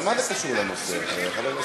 אבל מה זה קשור לנושא, חבר הכנסת חזן?